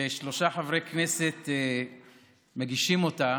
ששלושה חברי כנסת מגישים אותה,